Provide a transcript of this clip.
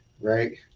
right